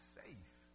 safe